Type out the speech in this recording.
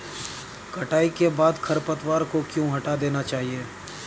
कटाई के बाद खरपतवार को क्यो हटा देना चाहिए?